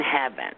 heaven